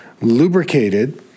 lubricated